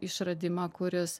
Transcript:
išradimą kuris